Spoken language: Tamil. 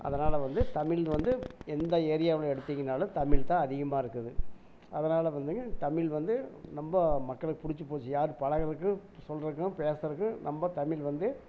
அதனால் வந்து தமிழ் வந்து எந்த ஏரியாவில் எடுத்தீங்கனாலும் தமிழ் தான் அதிகமாக இருக்குது அதனால் வந்துங்க தமிழ் வந்து ரொம்ப மக்களுக்கு பிடிச்சிப் போச்சு யாரும் பழகறதுக்கும் சொல்றதுக்கும் பேசுறதுக்கும் ரொம்ப தமிழ் வந்து